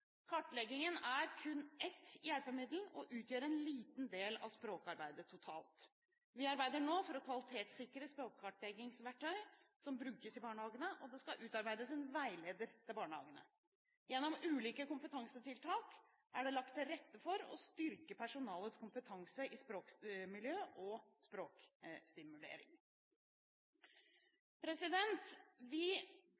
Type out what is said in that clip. Kartleggingen er kun ett hjelpemiddel og utgjør en liten del av språkarbeidet totalt. Vi arbeider nå for å kvalitetssikre språkkartleggingsverktøy som brukes i barnehagene, og det skal utarbeides en veileder til barnehagene. Gjennom ulike kompetansetiltak er det lagt til rette for å styrke personalets kompetanse i språkmiljø og språkstimulering.